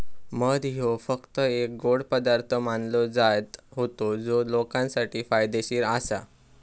मध ह्यो फक्त एक गोड पदार्थ मानलो जायत होतो जो लोकांसाठी फायदेशीर आसा